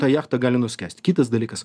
ta jachta gali nuskęst kitas dalykas